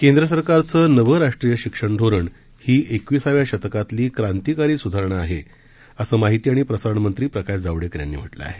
केंद्र सरकारचं नवं राष्ट्रीय शिक्षण धोरण ही एकविसाव्या शतकातली क्रांतीकारी सुधारणा आहे असं माहिती आणि प्रसारण मंत्री प्रकाश जावडेकर यांनी म्हटलं आहे